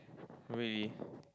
oh really